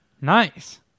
nice